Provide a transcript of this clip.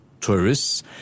tourists